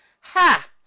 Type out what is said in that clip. Ha